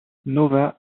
nova